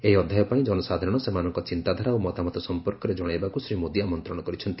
ଏହି ଆଗାମୀ ଅଧ୍ୟାୟ ପାଇଁ ଜନସାଧାରଣ ସେମାନଙ୍କ ଚିନ୍ତାଧାରା ଓ ମତାମତ ସମ୍ପର୍କରେ ଜଣାଇବାକୁ ଶ୍ରୀ ମୋଦି ଆମନ୍ତ୍ରଣ କରିଛନ୍ତି